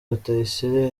rutayisire